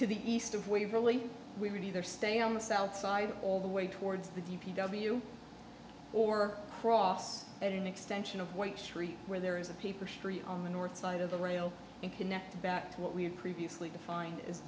to the east of waverly we would either stay on the south side all the way towards the d p w or cross an extension of white street where there is a paper street on the north side of the rail and connect back to what we had previously defined